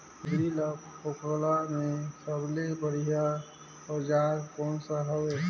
जोंदरी ला फोकला के सबले बढ़िया औजार कोन सा हवे?